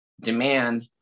demand